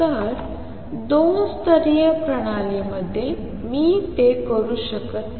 तर दोन स्तरीय प्रणालीमध्ये मी ते करू शकत नाही